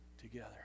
together